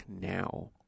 now